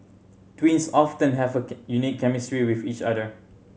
twins often have a unique chemistry with each other